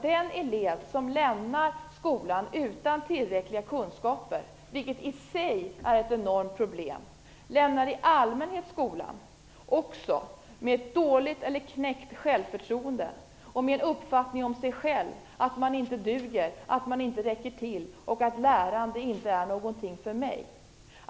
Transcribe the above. Den elev som lämnar skolan utan tillräckliga kunskaper - vilket i sig är ett enormt problem - gör det i allmänhet också med ett dåligt eller knäckt självförtroende och med uppfattningen om sig själv att han eller hon inte duger, att han eller hon inte räcker till och att lärande inte är någonting för just honom eller henne.